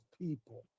people